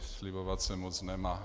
Slibovat se moc nemá.